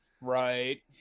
right